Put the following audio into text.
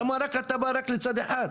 למה אתה בא רק לצד אחד?